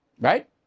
Right